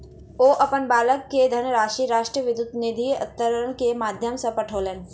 ओ अपन बालक के धनराशि राष्ट्रीय विद्युत निधि अन्तरण के माध्यम सॅ पठौलैन